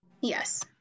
Yes